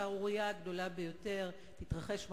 השערורייה הגדולה ביותר תתרחש מחר,